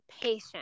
patient